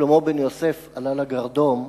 שלמה בן-יוסף, עלה לגרדום,